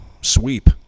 sweep